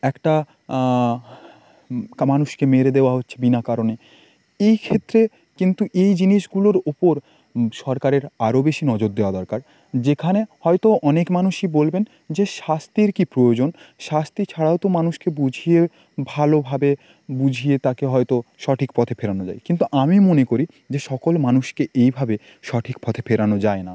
একটা কা মানুষকে মেরে দেওয়া হচ্ছে বিনা কারণে এই ক্ষেত্রে কিন্তু এই জিনিসগুলোর ওপর সরকারের আরও বেশি নজর দেওয়া দরকার যেখানে হয়তো অনেক মানুষই বলবেন যে শাস্তির কী প্রয়োজন শাস্তি ছাড়াও তো মানুষকে বুঝিয়ে ভালোভাবে বুঝিয়ে তাকে হয়তো সঠিক পথে ফেরানো যায় কিন্তু আমি মনে করি যে সকল মানুষকে এইভাবে সঠিক পথে ফেরানো যায় না